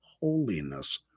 holiness